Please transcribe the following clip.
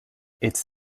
its